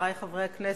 חברי חברי הכנסת,